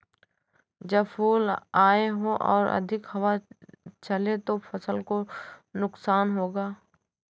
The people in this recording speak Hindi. जब फूल आए हों और अधिक हवा चले तो फसल को नुकसान होगा?